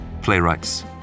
playwrights